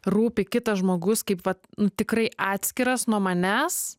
rūpi kitas žmogus kaip vat nu tikrai atskiras nuo manęs